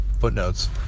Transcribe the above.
footnotes